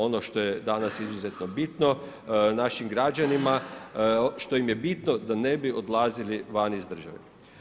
Ono što je danas izuzetno bitno našim građanima, što im je bitno da ne bi odlazili van iz države.